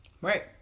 Right